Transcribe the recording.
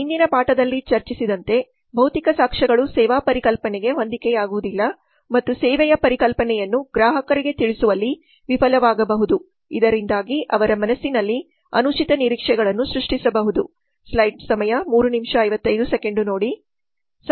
ಹಿಂದಿನ ಪಾಠದಲ್ಲಿ ಚರ್ಚಿಸಿದಂತೆ ಭೌತಿಕ ಸಾಕ್ಷ್ಯಗಳು ಸೇವಾ ಪರಿಕಲ್ಪನೆಗೆ ಹೊಂದಿಕೆಯಾಗುವುದಿಲ್ಲ ಮತ್ತು ಸೇವೆಯ ಪರಿಕಲ್ಪನೆಯನ್ನು ಗ್ರಾಹಕರಿಗೆ ತಿಳಿಸುವಲ್ಲಿ ವಿಫಲವಾಗಬಹುದು ಇದರಿಂದಾಗಿ ಅವರ ಮನಸ್ಸಿನಲ್ಲಿ ಅನುಚಿತ ನಿರೀಕ್ಷೆಗಳನ್ನು ಸೃಷ್ಟಿಸಬಹುದು